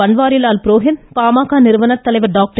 பன்வாரிலால் புரோஹித் பாமக நிறுவனர் தலைவர் டாக்டர்